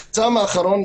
דבר אחרון,